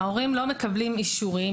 ההורים לא מקבלים אישורים.